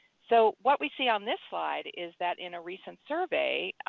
so what we see on this slide is that in a recent survey,